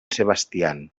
sebastián